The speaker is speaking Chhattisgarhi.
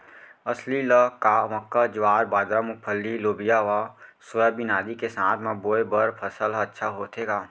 अलसी ल का मक्का, ज्वार, बाजरा, मूंगफली, लोबिया व सोयाबीन आदि के साथ म बोये बर सफल ह अच्छा होथे का?